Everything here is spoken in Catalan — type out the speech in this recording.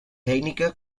tècnica